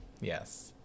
yes